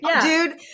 Dude